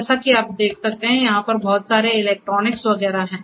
जैसा कि आप देख सकते हैं कि यहाँ पर बहुत सारे इलेक्ट्रॉनिक्स वगैरह हैं